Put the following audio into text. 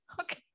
Okay